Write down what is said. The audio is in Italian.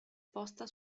posta